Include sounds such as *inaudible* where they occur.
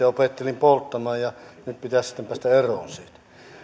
*unintelligible* opettelin polttamaan ja nyt pitäisi sitten päästä eroon